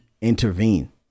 intervene